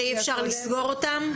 שאי אפשר לסגור אותן?